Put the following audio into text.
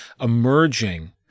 emerging